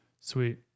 sweet